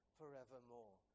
forevermore